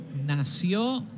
nació